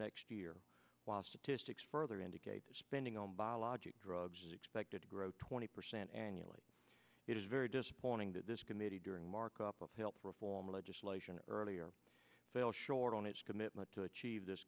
next year while statistics further indicate the spending on biologic drugs is expected to grow twenty percent annually it is very disappointing that this committee during markup of health reform legislation earlier fell short on its commitment to achieve this